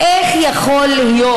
איך יכול להיות?